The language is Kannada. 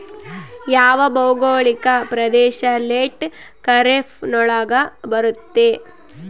ಯಾವ ಭೌಗೋಳಿಕ ಪ್ರದೇಶ ಲೇಟ್ ಖಾರೇಫ್ ನೊಳಗ ಬರುತ್ತೆ?